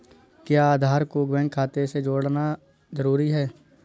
क्या आधार को बैंक खाते से जोड़ना जरूरी है?